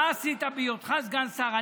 מה עשית בהיותך סגן שר?